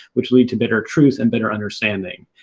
which leads to better truth and better understanding.